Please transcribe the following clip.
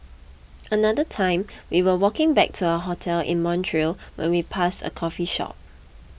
another time we were walking back to our hotel in Montreal when we passed a coffee shop